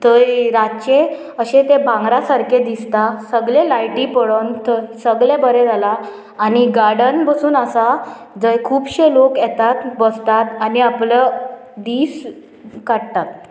थंय रातचे अशें ते भांगरां सारकें दिसता सगले लायटी पळोवन थंय सगलें बरें जालां आनी गार्डन बसून आसा जंय खुबशे लोक येतात बसतात आनी आपलो दीस काडटात